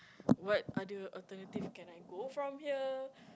what other alternative can I go from here